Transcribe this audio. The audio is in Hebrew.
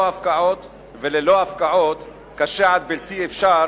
וללא הפקעות קשה עד בלתי אפשר